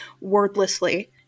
wordlessly